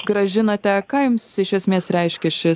grąžinote ką jums iš esmės reiškia šis